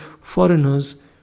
foreigners